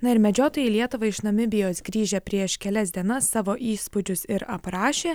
na ir medžiotojai į lietuvą iš namibijos grįžę prieš kelias dienas savo įspūdžius ir aprašė